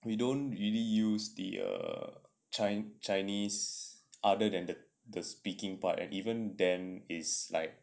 we don't really use the err chi~ chinese other than the the speaking part and even then it's like